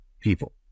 people